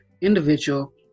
individual